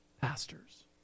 pastors